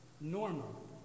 normal